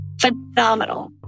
phenomenal